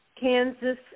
Kansas